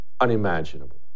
unimaginable